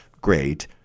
Great